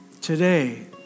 Today